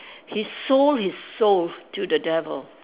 he sold his soul to the devil